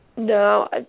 No